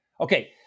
Okay